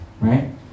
Right